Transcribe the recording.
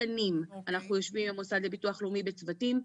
שנים אנחנו יושבים עם המוסד לביטוח לאומי בצוותים.